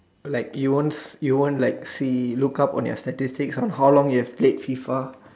like you won't you won't like see look up on your statistics on how long you've played FIFA